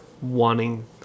wanting